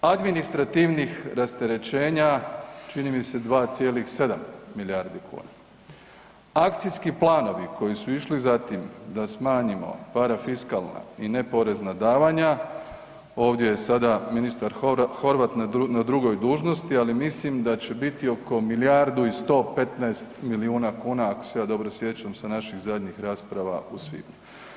Administrativnih rasterećenja, čini mi se, 2,7 milijardi kuna, akcijski planovi koji su išli za tim da smanjimo parafiskalna i neporezna davanja, ovdje je sada ministar Horvat na drugoj dužnosti, ali mislim da će biti oko milijardi i 115 milijuna kuna, ako se ja dobro sjećam sa naših zadnjih rasprava u svibnju.